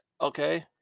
okay